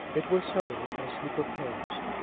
it was settled as he proposed.